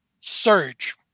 surge